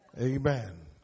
Amen